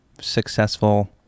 successful